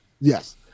Yes